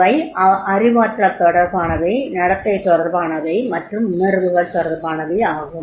அவை அறிவாற்றல் தொடர்பானவை நடத்தை தொடர்பானவை மற்றும் உணர்வுகள் தொடர்பானவை ஆகும்